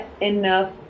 enough